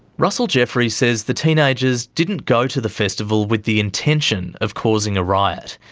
russell jeffrey says the teenagers didn't go to the festival with the intention of causing a riot.